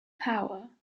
power